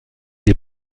des